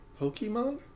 Pokemon